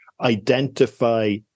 identify